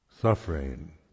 Suffering